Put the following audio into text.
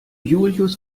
julius